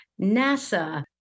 NASA